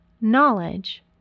Knowledge